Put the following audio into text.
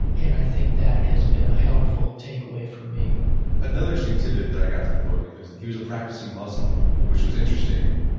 and i think that has been a helpful take away for me another tid bit that i got from the book is he was a practicing muslim, which was interesting.